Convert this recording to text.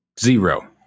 Zero